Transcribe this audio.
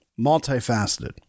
multifaceted